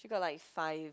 she got like five